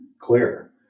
clear